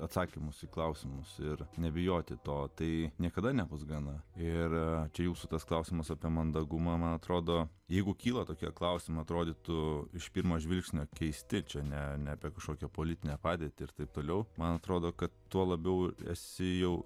atsakymus į klausimus ir nebijoti to tai niekada nebus gana ir čia jūsų tas klausimas apie mandagumą man atrodo jeigu kyla tokia klausimo atrodytų iš pirmo žvilgsnio keisti čia ne ne apie kažkokią politinę padėtį ir taip toliau man atrodo kad tuo labiau esi jau